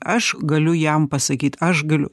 aš galiu jam pasakyt aš galiu